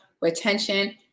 retention